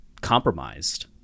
compromised